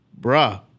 bruh